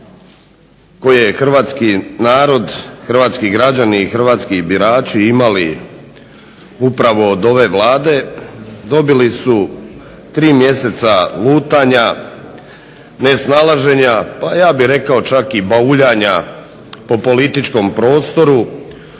koje hrvatski narod, hrvatski građani i hrvatski birači imali upravo od ove Vlade dobili su tri mjeseca lutanja, nesnalaženja pa ja bih rekao čak i bauljanja po političkom prostoru,